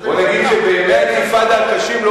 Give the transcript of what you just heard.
בוא נגיד שבימי האינתיפאדה הקשים לא